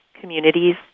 communities